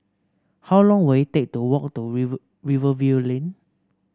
how long will it take to walk to Rivervale Lane